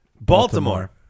Baltimore